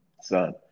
son